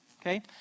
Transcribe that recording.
okay